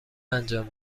انجام